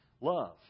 love